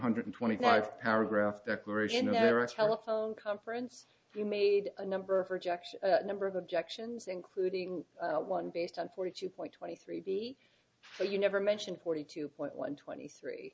hundred twenty five paragraph declaration there are telephone conference you made a number of rejection a number of objections including one based on forty two point twenty three b so you never mentioned forty two point one twenty three